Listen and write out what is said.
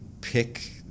pick